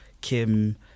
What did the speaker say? Kim